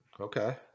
Okay